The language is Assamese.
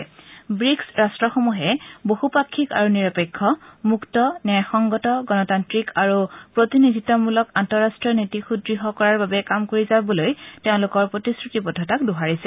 ৱীক্ছ ৰট্টসমূহে বহুপাক্ষিক আৰু নিৰপেক্ষ মুক্ত ন্যায়সংগত গণতান্তিক আৰু প্ৰতিনিধিত্মূলক আন্তঃৰাষ্ট্ৰীয় নীতিক সুদৃঢ় কৰাৰ বাবে কাম কৰি যাবলৈ তেওঁলোকৰ প্ৰতিশ্ৰুতিবদ্ধতাক দোহাৰিছে